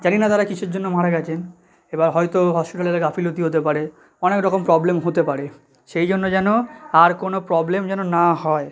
জানি না তারা কীসের জন্য মারা গেছে এবার হয়তো হসপিটালের গাফিলতি হতে পারে অনেক রকম প্রবলেম হতে পারে সেই জন্য যেন আর কোনো প্রবলেম যেন না হয়